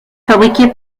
fabriqué